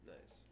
Nice